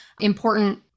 important